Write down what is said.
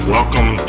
Welcome